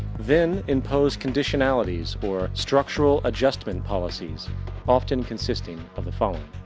then impose conditionalities or structual adjustment policies often consisting of the following.